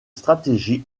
stratégie